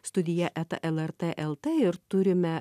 studija eta lrt lt ir turime